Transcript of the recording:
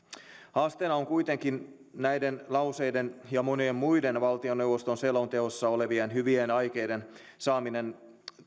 haasteena on kuitenkin näiden lauseiden ja monien muiden valtioneuvoston selonteossa olevien hyvien aikeiden saaminen